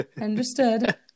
Understood